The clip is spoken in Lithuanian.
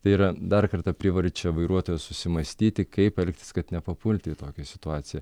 tai yra dar kartą privarčia vairuotoją susimąstyti kaip elgtis kad nepapulti į tokią situaciją